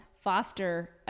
foster